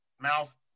mouth